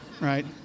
Right